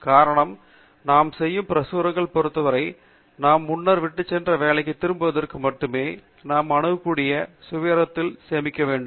காரணம் நாம் செய்யும் பிரசுரங்களைப் பொறுத்தவரை நாம் முன்னர் விட்டுச் சென்ற வேலைக்கு திரும்புவதற்கு மட்டுமே நாம் அணுகக்கூடிய ஒரு சுயவிவரத்தில் சேமிக்க வேண்டும்